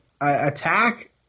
attack